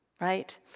Right